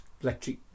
electric